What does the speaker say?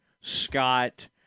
Scott